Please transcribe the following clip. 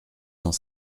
cent